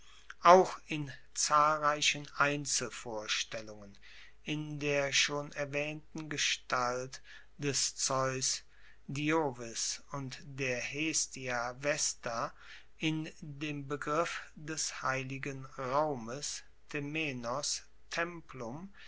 auch in zahlreichen einzelvorstellungen in der schon erwaehnten gestalt des zeus diovis und der hestia vesta in dem begriff des heiligen raumes